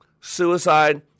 suicide